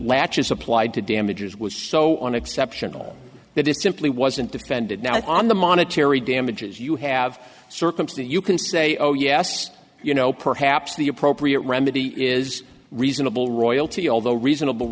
latches applied to damages was so on exceptional that it simply wasn't defended now on the monetary damages you have a circumstance you can say oh yes you know perhaps the appropriate remedy is reasonable royalty although reasonable